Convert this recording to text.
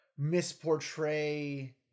misportray